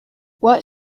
what